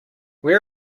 where